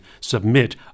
submit